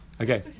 Okay